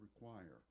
require